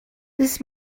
this